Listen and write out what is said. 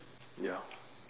ya